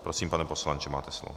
Prosím, pane poslanče, máte slovo.